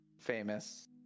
famous